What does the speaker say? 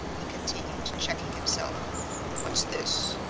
he continued, checking himself what's this?